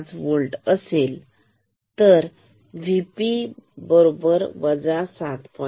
5 volt असेल V P 7